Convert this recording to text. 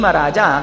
raja